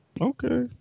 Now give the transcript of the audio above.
Okay